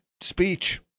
speech